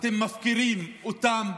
אתם מפקירים אותם.